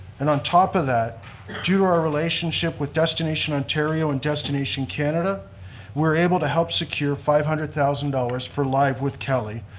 and on top of that, due to our relationship with destination ontario and destination canada, we were able to help secure five hundred thousand dollars for live with kelly,